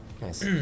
Nice